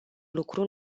lucru